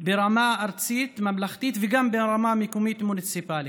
ברמה ארצית ממלכתית, וגם ברמה מקומית מוניציפלית.